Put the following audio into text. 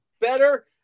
better